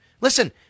Listen